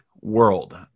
world